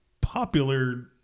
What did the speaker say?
popular